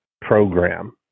program